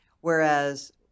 whereas